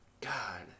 God